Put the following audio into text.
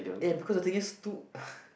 eh because the thing is too